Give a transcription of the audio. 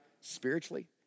spiritually